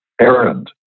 errand